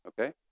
okay